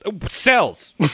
cells